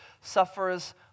suffers